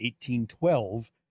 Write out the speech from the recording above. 1812